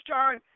John